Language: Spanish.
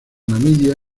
namibia